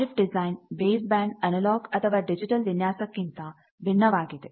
R F design base band analogue ಅಥವಾ digital ವಿನ್ಯಾಸಕ್ಕಿಂತ ಭಿನ್ನವಾಗಿದೆ